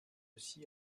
aussi